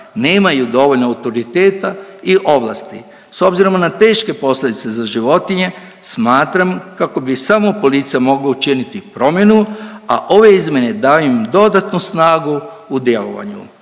nemaju dovoljno autoriteta i ovlasti. S obzirom na teške posljedice za životinje smatram kako bi samo policija mogla učiniti promjenu, a ove izmjenu daju im dodatnu snagu u djelovanju.